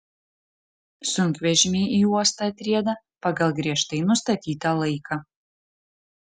sunkvežimiai į uostą atrieda pagal griežtai nustatytą laiką